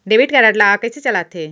Debit card ला कइसे चलाते?